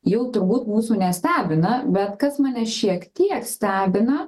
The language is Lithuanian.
jau turbūt mūsų nestebina bet kas mane šiek tiek stebina